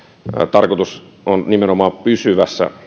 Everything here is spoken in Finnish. että tarkoituksena on nimenomaan pysyvä